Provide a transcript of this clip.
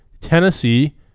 Tennessee